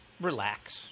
relax